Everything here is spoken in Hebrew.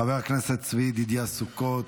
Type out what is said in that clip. חבר הכנסת צבי ידידיה סוכות,